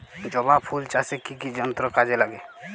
জবা ফুল চাষে কি কি যন্ত্র কাজে লাগে?